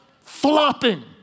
flopping